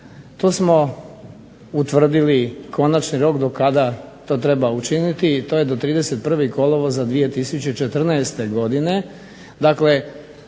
Tu smo utvrdili konačni rok do kada to treba učiniti i to je do 31. kolovoza 2014. godine. Dakle,